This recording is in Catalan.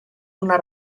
una